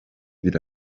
bir